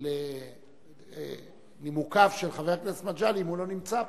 על נימוקיו של חבר הכנסת מגלי אם הוא לא נמצא פה.